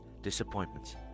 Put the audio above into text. disappointments